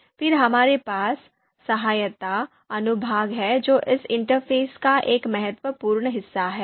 फिर हमारे पास सहायता अनुभाग है जो इस इंटरफ़ेस का एक महत्वपूर्ण हिस्सा है